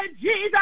Jesus